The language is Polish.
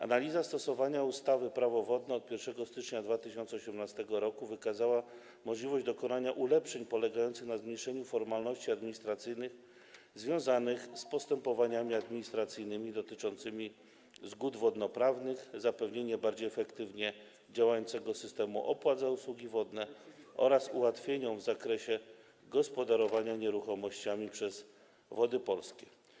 Analiza stosowania ustawy Prawo wodne od 1 stycznia 2018 r. wykazała możliwość dokonania ulepszeń polegających na zmniejszeniu formalności administracyjnych związanych z postępowaniami administracyjnymi dotyczącymi zgód wodnoprawych, zapewnienia bardziej efektywnie działającego systemu opłat za usługi wodne oraz ułatwień w zakresie gospodarowania nieruchomościami przez Wody Polskie.